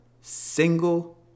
single